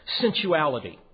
sensuality